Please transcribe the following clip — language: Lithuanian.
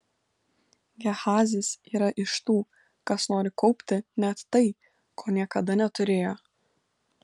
gehazis yra iš tų kas nori kaupti net tai ko niekada neturėjo